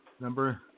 Number